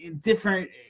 different